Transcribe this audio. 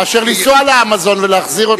מאשר לנסוע ל"אמזון" ולהחזיר,